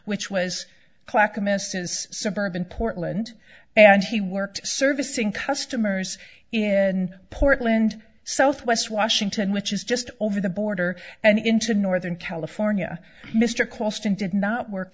is suburban portland and he worked servicing customers in portland southwest washington which is just over the border and into northern california mr causton did not work